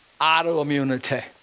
Autoimmunity